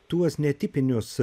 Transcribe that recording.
tuos netipinius